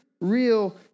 real